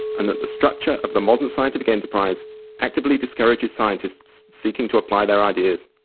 and that the structure of the modern scientific enterprise actively discourages scientists seeking to apply their ideas.